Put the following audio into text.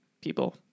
people